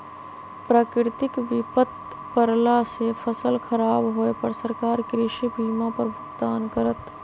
प्राकृतिक विपत परला से फसल खराब होय पर सरकार कृषि बीमा पर भुगतान करत